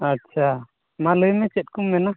ᱟᱪᱪᱷᱟ ᱢᱟ ᱞᱟ ᱭᱢᱮ ᱪᱮᱫ ᱠᱚᱢ ᱢᱮᱱᱟ